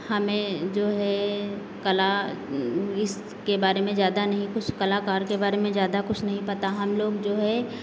हमें जो है कला इसके बारे में ज़्यादा नहीं कुछ कलाकार के बारे में ज़्यादा कुछ नहीं पता हम लोग जो हैं